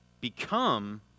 become